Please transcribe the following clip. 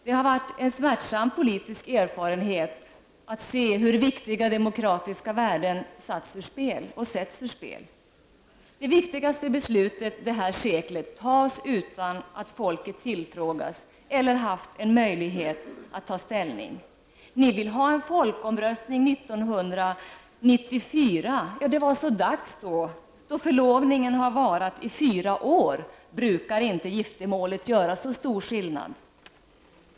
Det har varit en smärtsam politisk erfarenhet att se hur viktiga demokratiska värden satts ur spel och sätts ur spel. Det viktigaste beslutet det här seklet tas utan att folket tillfrågas eller haft en möjlighet att ta ställning. Ni vill ha en folkomröstning 1994. Ja, det är så dags då! När förlovningen har varat i fyra år, brukar inte giftermålet göra så stor skillnad.